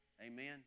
Amen